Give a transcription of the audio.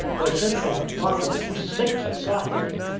we're such in an abominable, sick society,